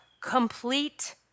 complete